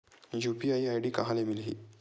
UPI ID कहां ले मिलही?